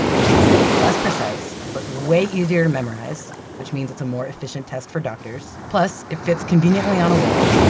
which is less precise but way easier to memorize, which means it's a more efficient test for doctors, plus it fits conveniently on a wall.